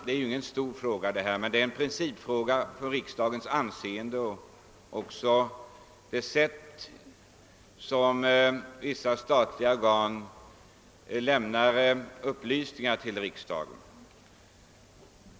Det är emellertid ett spörsmål av principiell betydelse för riksdagens anseende och visar på vilket sätt vissa statliga organ lämnar upplysningar till riksdagen.